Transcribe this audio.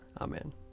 Amen